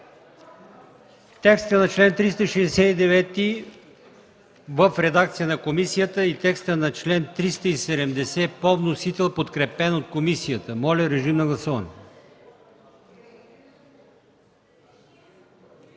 текста на чл. 369 в редакция на комисията и текста на чл. 370 по вносител, подкрепен от комисията. Гласували 92 народни